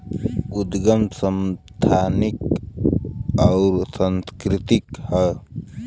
उदगम संस्थानिक अउर सांस्कृतिक हौ